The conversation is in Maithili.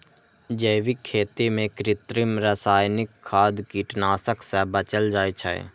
जैविक खेती मे कृत्रिम, रासायनिक खाद, कीटनाशक सं बचल जाइ छै